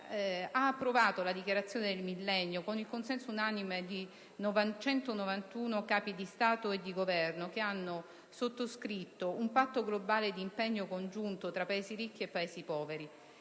ha approvato la Dichiarazione del Millennio, che ha registrato il consenso unanime di 191 Capi di Stato e di Governo che hanno sottoscritto un patto globale di impegno congiunto tra Paesi ricchi e Paesi poveri.